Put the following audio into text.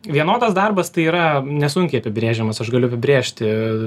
vienodas darbas tai yra nesunkiai apibrėžiamas aš galiu apibrėžti